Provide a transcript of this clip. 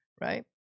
right